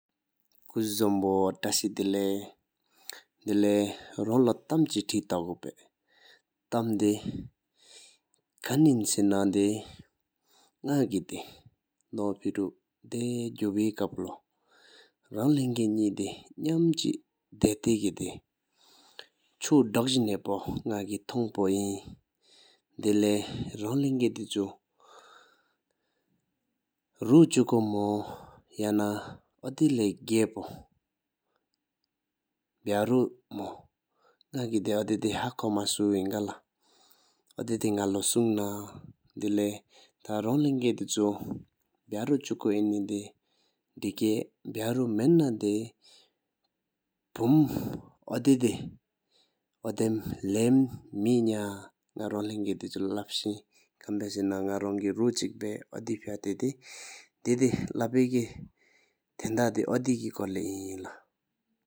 ཀུཟུ་བཟང་པོ་བཀྲ་ཤིས་བདེ་ལེགས་དེ་ལས་རོང་ལོ་སྟེང་ཕྲག་གཅིག་དེ་སྟེ་གོས་པའི་སྟེང་དེ་ཁང་གི་ན་དེ་ནག་གི་སྟེང་དེ་དོད་པེ་རུ་དེ་གུ་བསྱེད་སྟེ་ཆགས་ཤོག་རང་ཅིག་ལྷན་སེ་འགྱེད་པས་ནེ་དེ་ནམ་དོད་སྟེ་སྟེ་ཆུ་འདོག་ཟིང་ཧའི་ཕོ་ནག་གི་ཐོག་བོ་ཡིན། དེ་ལས་རོང་ལྷན་གྱི་དེ་ཆུ་རོ་ཆུ་ཀོ་མོ་ཡང་དེ་ལས་དག་པོ་འབར་རོ་མོ། ནག་གི་ཡོ་དེ་དེ་ཧ་ཁོ་མ་སུ་ང་ལག་འོ་དེ་ནག་ལོ་སྒྲུང་ཤིང་ན། ཐ་རང་ལྷན་སྒྲེད་དེཾ་ཆུ་རོ་ཆུ་ཀོ་ལྟ་དེ་མེ་གི་འབྲུན་རོ་མ་ནོ་དེ་སྤུམ་གསོ་དེ་ཏོ་དམ་པར་ལམ་མེནག་གི་སྒྲིལ་ལྷག་འདི་ནཡེ་རང་ལན་ལྷག་ཞེ་ཡིན། ཁབ་ཕས་ན་ནག་རང་ཁག་རོ་ཆིག་པ་དེ་བབ་གཏེར་དེ་དངང་བར་དེ་ཡི་ཁོར་ལེ་ཡིན།